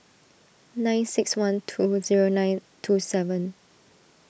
nine six one two zero nine two seven